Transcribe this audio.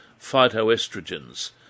phytoestrogens